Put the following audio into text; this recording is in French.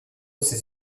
ses